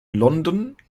london